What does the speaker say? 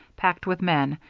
packed with men,